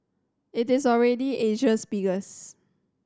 it is already Asia's biggest